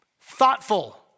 thoughtful